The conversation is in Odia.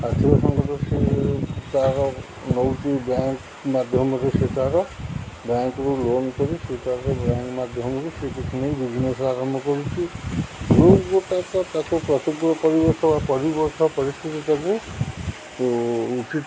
ଆର୍ଥିକ ସଙ୍କଟ ସେ ତାର ନେଉଛି ବ୍ୟାଙ୍କ ମାଧ୍ୟମରେ ସେ ତା'ର ବ୍ୟାଙ୍କରୁ ଲୋନ୍ କରି ସେ ତା'ର ବ୍ୟାଙ୍କ ମାଧ୍ୟମରୁ ନେଇ ବିଜିନେସ ଆରମ୍ଭ କରୁଛି ପ୍ରତିକୂଳ ପରିବେଶ ପରିସ୍ଥିତି ତାକୁ ଉଚିତ୍